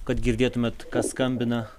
kad girdėtumėt kas skambina